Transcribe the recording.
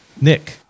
Nick